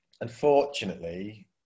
Unfortunately